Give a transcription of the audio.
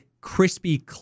crispy